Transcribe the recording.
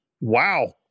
Wow